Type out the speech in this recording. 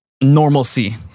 normalcy